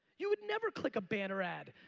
you would never click a banner ad.